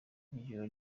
ijoro